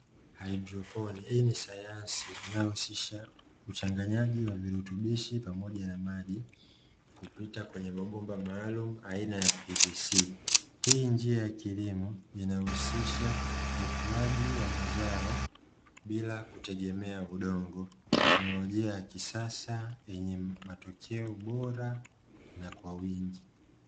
Haidroponi, hii ni sayansi inayoshisha uchanganyaji wa virutubishi pamoja na maji kupita kwenye mabomba maalumu aina ya pvc, njia ya kilimo sha ukuaji wa mazao ya kutegemea udongo teknolojia ya kisasa yenye matokeo bora na kwa wingi.